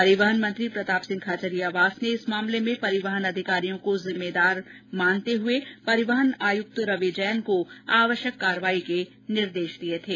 परिवहन मंत्री प्रताप सिंह खाचरियावास ने इस मामले में परिवहन अधिकारियों को जिम्मेदार मानते हुए परिवहन आयुक्त रवि जैन को आवश्यक कार्रवाई के निर्देश दिए थे